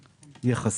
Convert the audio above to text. יחסית.